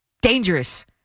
dangerous